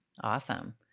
Awesome